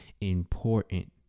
important